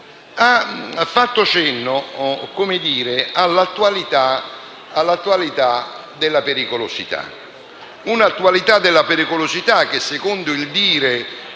ha fatto cenno all'attualità della pericolosità; ma attualità della pericolosità che - secondo il suo